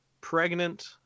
pregnant